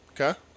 Okay